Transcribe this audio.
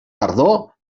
tardor